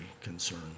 concern